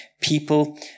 people